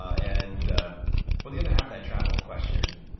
and but the other half of that travel question,